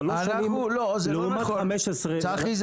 שלוש שנים לעומת 15 --- צחי,